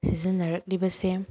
ꯁꯤꯖꯤꯟꯅꯔꯛꯂꯤꯕꯁꯦ